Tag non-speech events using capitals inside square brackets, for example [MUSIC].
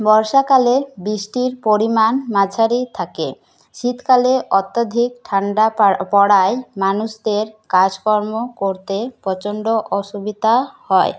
বর্ষাকালে বৃষ্টির পরিমাণ মাঝারি থাকে শীতকালে অত্যাধিক ঠান্ডা [UNINTELLIGIBLE] পড়ায় মানুষদের কাজকর্ম করতে প্রচণ্ড অসুবিধা হয়